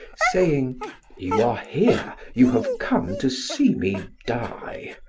saying you are here you have come to see me die.